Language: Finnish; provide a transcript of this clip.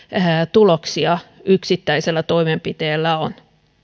tuloksia yksittäisellä toimenpiteellä on